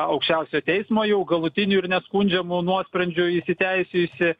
aukščiausiojo teismo jau galutinių ir neskundžiamų nuosprendžių įsiteisėjusį